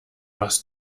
was